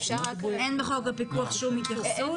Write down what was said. אין בחוק הפיקוח שום התייחסות.